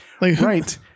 Right